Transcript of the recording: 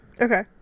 Okay